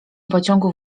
pociągu